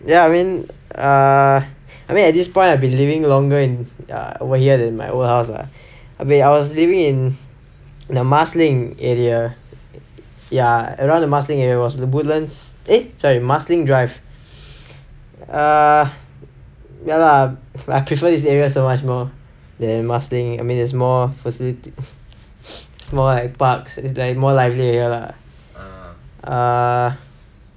ya I mean err I mean at this point I have been living longer over here than in my old house ah when I was living in in err marsiling area ya around the marsiling area was the woodlands eh sorry marsiling drive err ya lah but I prefer this area so much more than marsiling I mean there's more facilities more like parks at least is like more lively here lah err